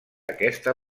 aquesta